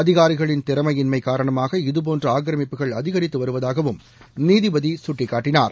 அதிகாரிகளின் திறமையின்மை காரணமாக இதுபோன்ற ஆக்கிரமிப்புகள் அதிகரித்து வருவதாகவும் நீதிபதி சுட்டிக்காட்டினார்